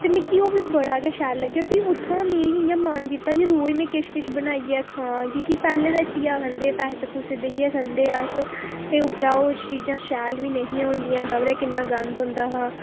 ते मिगी बी ओह् बड़ा गै शैल लग्गेआ प्ही ओह् उत्थुआं मिगी मेरा मन कीता की रेज़ में किश किश बनाइयै खां की के पैह्लें हट्टिया खंदे हे कुरसियै पर बेहियै खंदे हे अस ते उप्परा ओह् चीज़ां शैल बी नेईं हियां होंदियां खबरै किन्ना गंद होंदा हा